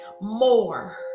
more